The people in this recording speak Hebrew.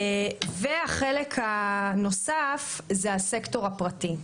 החלק הנוסף זה הסקטור הפרטי.